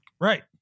Right